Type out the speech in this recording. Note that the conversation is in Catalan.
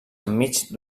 enmig